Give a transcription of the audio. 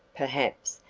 perhaps,